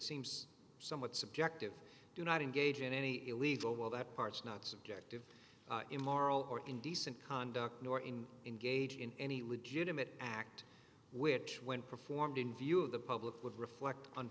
seems somewhat subjective do not engage in any illegal well that part's not subjective immoral or indecent conduct nor in engage in any legitimate act which when performed in view of the public would reflect